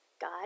God